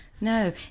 No